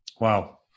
Wow